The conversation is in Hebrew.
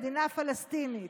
מדינה פלסטינית.